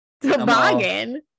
Toboggan